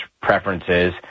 preferences